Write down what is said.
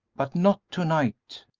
but not to-night!